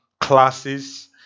classes